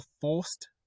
forced